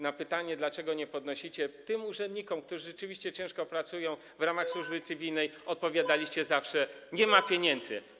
Na pytanie, dlaczego nie podnosicie tego tym urzędnikom, którzy rzeczywiście ciężko pracują w ramach Służby Cywilnej, odpowiadaliście zawsze: nie ma pieniędzy.